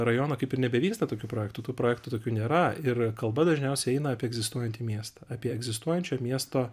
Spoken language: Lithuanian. rajono kaip ir nebevyksta tokių projektų tų projektų tokių nėra ir kalba dažniausiai eina apie egzistuojantį miestą apie egzistuojančio miesto